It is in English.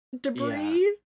debris